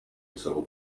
bisaba